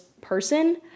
person